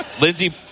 Lindsey